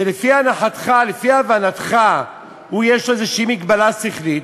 שלפי הנחתך, לפי הבנתך, יש לו איזו מגבלה שכלית,